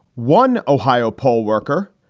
one ohio poll worker,